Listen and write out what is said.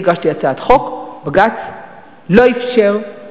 אני הגשתי הצעת חוק, ובג"ץ לא אפשר.